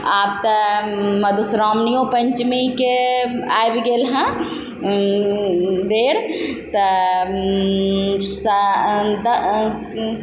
आब तऽ मधुश्रावनियो पन्चमीके आबि गेल हेँ बेर तऽ तऽ